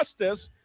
justice